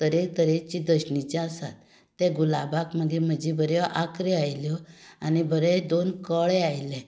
तरे तरेंची दसणिची आसा गुलाबाक मागीर म्हज्यो बऱ्यो आंखऱ्यो आयल्यो बरे दोन कळे आयले